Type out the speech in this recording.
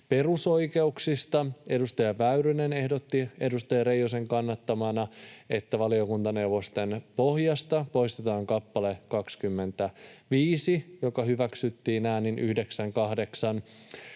Perusoikeuksista: Edustaja Väyrynen ehdotti edustaja Reijosen kannattamana, että valiokuntaneuvosten pohjasta poistetaan kappale 25, mikä hyväksyttiin äänin 9—8.